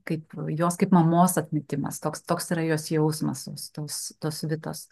kaip jos kaip mamos atmetimas toks toks yra jos jausmas tos tos vitos